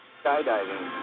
skydiving